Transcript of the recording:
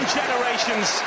generations